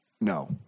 No